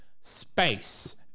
space